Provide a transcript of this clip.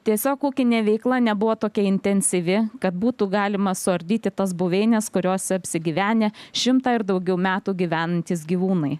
tiesiog ūkinė veikla nebuvo tokia intensyvi kad būtų galima suardyti tas buveines kuriose apsigyvenę šimtą ir daugiau metų gyvenantys gyvūnai